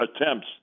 attempts